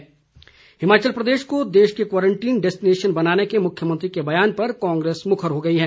कांग्रे स हिमाचल प्रदेश को देश के क्वारंटीन डैस्टिनेशन बनाने के मुख्यमंत्री के बयान पर कांग्रेस मुखर हो गई हैं